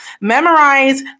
Memorize